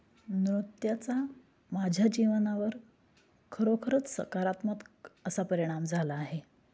नृत्याचा माझ्या जीवनावर खरोखरच सकारात्मक असा परिणाम झाला आहे